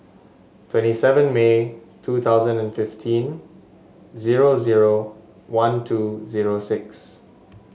twenty seven May two thousand and fifteen zero zero one two zero six